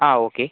ആ ഓക്കെ